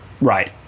right